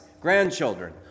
grandchildren